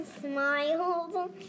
smiled